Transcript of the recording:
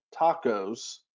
tacos